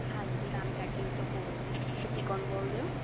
ਹਾਂਜੀ ਰਾਮ ਕੈਟਰਿੰਗ ਤੋਂ ਬੋਲਦੇ ਹਾਂ ਤੁਸੀਂ ਕੌਣ ਬੋਲਦੇ ਹੋ